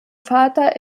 vater